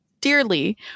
dearly